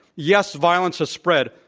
yes, violence has spread,